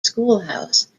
schoolhouse